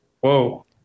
Whoa